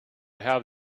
have